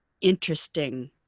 interesting